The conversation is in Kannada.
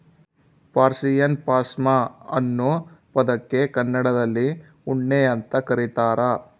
ಪರ್ಷಿಯನ್ ಪಾಷ್ಮಾ ಅನ್ನೋ ಪದಕ್ಕೆ ಕನ್ನಡದಲ್ಲಿ ಉಣ್ಣೆ ಅಂತ ಕರೀತಾರ